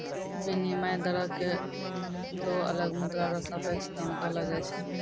विनिमय दरो क दो अलग मुद्रा र सापेक्ष दाम कहलो जाय छै